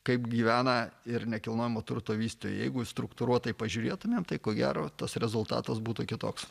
kaip gyvena ir nekilnojamo turto vystytojai jeigu struktūruotai pažiūrėtumėm tai ko gero tas rezultatas būtų kitoks